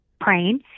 praying